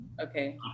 Okay